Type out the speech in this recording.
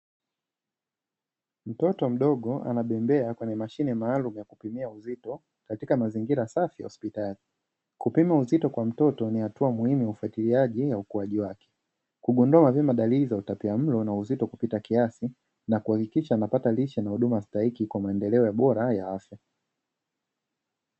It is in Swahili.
Mtoto mdogo anabembea kwenye mashine maalumu ya kupimia uzito katika mazingira safi ya hospitali, kupima uzito kwa mtoto ni hatua muhimu ya ufatiliaji ya ukuaji wake, kugundua mapema dalili za utapiamlo na uzito kupita kiasi, na kuhakikisha anapata lishe na huduma stahiki kwa maendeleo bora ya afya.